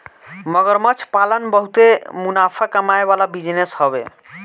मगरमच्छ पालन बहुते मुनाफा कमाए वाला बिजनेस हवे